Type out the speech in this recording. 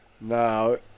No